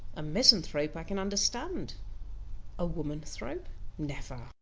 a misanthrope i can understand a womanthrope, never!